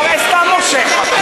הוא הרי סתם מושך.